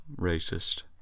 racist